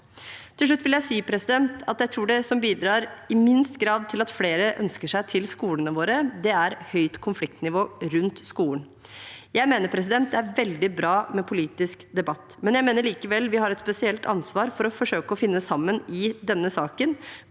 Til slutt vil jeg si at jeg tror det som i minst grad bidrar til at flere ønsker seg til skolene våre, er høyt konfliktnivå rundt skolen. Jeg mener det er veldig bra med politisk de batt, men jeg mener likevel vi har et spesielt ansvar for å forsøke å finne sammen i denne saken,